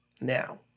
now